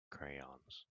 crayons